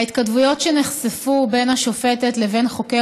ההתכתבויות שנחשפו בין השופטת לבין חוקר